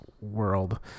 world